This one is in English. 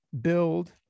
build